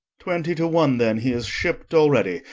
twenty to one then he is shipp'd already,